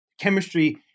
chemistry